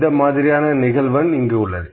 இந்த மாதிரியான நிகழ்வெண் இங்கு உள்ளது